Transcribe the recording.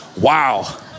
Wow